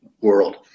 world